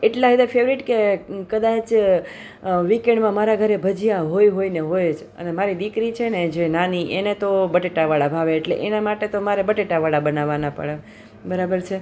એટલા હદે ફેવરિટ કે કદાચ વિકેન્ડમાં મારા ઘરે ભજીયા હોય હોય ને હોય જ અને મારી દીકરી છે ને જે નાની એને તો બટેટાવડા ભાવે એટલે એના માટે તો મારે બટેટાવડા બનાવાના પડે બરાબર છે